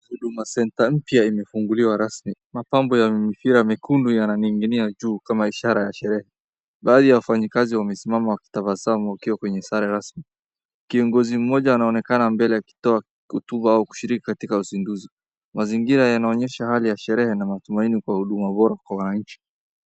Huduma Centre mpya imefunguliwa rasmi. Mapambo ya mipira miekundu yananingiinia juu kama ishara ya sherehe. Baadhi ya wafanyikazi wamesimama wakitabasamu wakiwa kwenye sare rasmi. Kiongozi mmoja anaonekana mbele akitoa hotuba au kushiriki katika uzinduzi. Mazingira yanaonyesha hali ya sherehe na matumaini kwa huduma bora kwa wananchi.